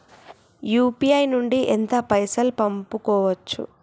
UPI నుండి ఎంత పైసల్ పంపుకోవచ్చు?